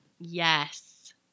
Yes